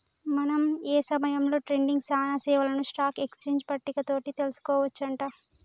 మనం ఏ సమయంలో ట్రేడింగ్ సానా సేవలను స్టాక్ ఎక్స్చేంజ్ పట్టిక తోటి తెలుసుకోవచ్చు అంట